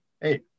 hey